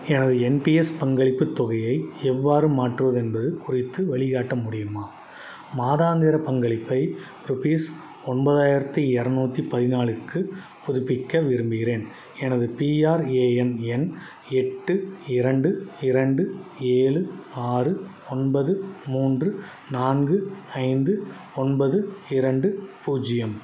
எனது என்பிஎஸ் பங்களிப்புத் தொகையை எவ்வாறு மாற்றுவது என்பதுக் குறித்து வழிகாட்ட முடியுமா மாதாந்திர பங்களிப்பை ரூபீஸ் ஒன்பதாயிரத்தி இரநூத்தி பதினாலுக்கு புதுப்பிக்க விரும்புகிறேன் எனது பிஆர்ஏஎன் எண் எட்டு இரண்டு இரண்டு ஏழு ஆறு ஒன்பது மூன்று நான்கு ஐந்து ஒன்பது இரண்டு பூஜ்ஜியம்